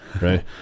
right